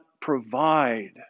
provide